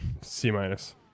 C-minus